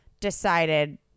Decided